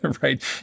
right